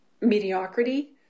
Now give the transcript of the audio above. mediocrity